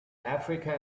africa